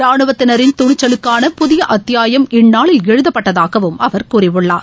ரானுவத்தினாின் துணிச்சலுக்கான புதிய அத்தியாயம் இந்நாளில் எழுதப்பட்டதாகவும் அவர் கூறியுள்ளார்